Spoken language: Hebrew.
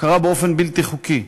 קרה באופן בלתי חוקי,